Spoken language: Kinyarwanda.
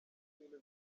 ibintu